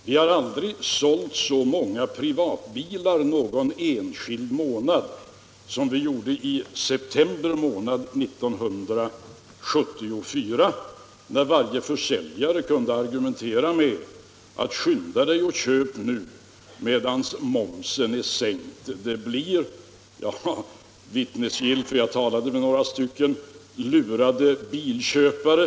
Vi har aldrig sålt så många privatbilar någon enskild månad som vi gjorde september 1974, när varje försäljare kunde använda argumentet att man skulle skynda sig att köpa medan momsen var sänkt. Jag är vittnesgill, eftersom jag talade med några lurade bilköpare.